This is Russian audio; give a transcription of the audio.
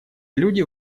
люди